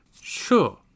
Sure